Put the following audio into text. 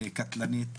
קטלנית,